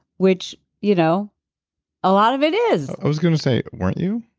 which you know a lot of it is i was going to say, weren't you?